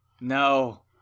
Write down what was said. No